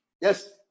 Yes